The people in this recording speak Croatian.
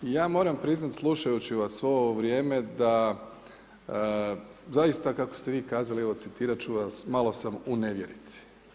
I ja moram priznati slušajući vas svo ovo vrijeme da zaista kako ste vi kazali, evo citirat ću vas malo sam u nevjerici.